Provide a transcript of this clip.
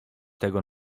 tego